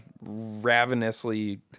ravenously